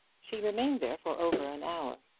she remained there for over an hour,